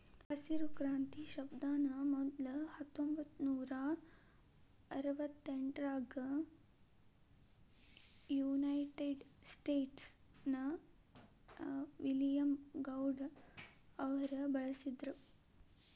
ಹಸಿರು ಕ್ರಾಂತಿ ಶಬ್ದಾನ ಮೊದ್ಲ ಹತ್ತೊಂಭತ್ತನೂರಾ ಅರವತ್ತೆಂಟರಾಗ ಯುನೈಟೆಡ್ ಸ್ಟೇಟ್ಸ್ ನ ವಿಲಿಯಂ ಗೌಡ್ ಅವರು ಬಳಸಿದ್ರು